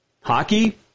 hockey